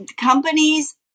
companies